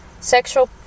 sexual